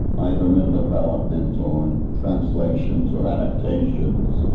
either in development or and translations or adaptations.